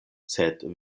sed